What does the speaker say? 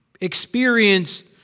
experience